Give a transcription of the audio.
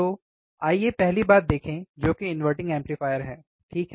तो आइए पहली बात देखें जो कि इनवर्टिंग एम्पलीफायर है ठीक है